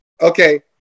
Okay